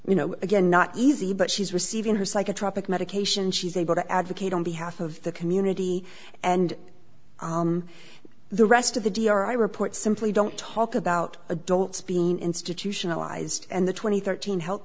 you know again not easy but she's receiving her psychotropic medication she's able to advocate on behalf of the community and the rest of the d r i report simply don't talk about adults being institutionalized and the twenty thirteen help